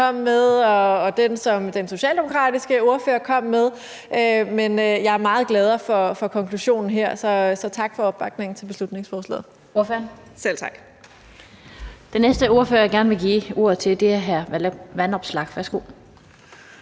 og den, som den socialdemokratiske ordfører kom med, men jeg er meget gladere for konklusionen her, så tak for opbakningen til beslutningsforslaget.